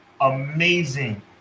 amazing